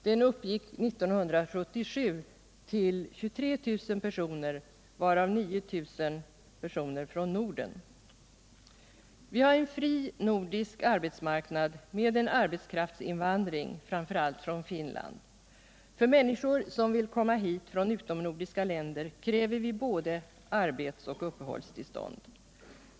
Den uppgick 1977 till 23 000 personer, varav 9 000 personer från Norden. Vi har en fri nordisk arbetsmarknad med en arbetskraftsinvandring framför allt från Finland. För människor som vill komma hit från utomnordiska länder kräver vi både arbetsoch uppehållstillstånd.